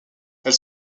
elle